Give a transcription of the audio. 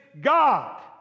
God